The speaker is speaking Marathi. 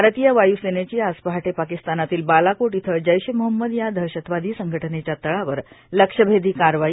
भारतीय वायुसेनेची आज पहाटे पाकिस्तानातील बालाकोट इथं जैश ए मोहम्मद या दहशतवादी संघटनेच्या तळावर लक्ष्यभेदी कारवाई